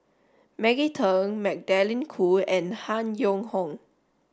Maggie Teng Magdalene Khoo and Han Yong Hong